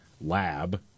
lab